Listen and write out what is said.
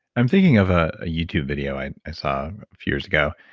i'm thinking of ah a youtube video i i saw a few years ago.